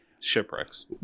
shipwrecks